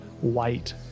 white